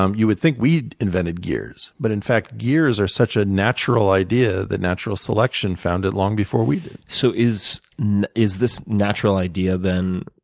um you would think we had invented gears. but in fact, gears are such a natural idea that natural selection found it long before we so is is this natural idea, then,